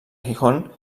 gijón